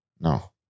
No